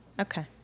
Okay